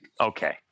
Okay